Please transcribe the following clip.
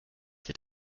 wird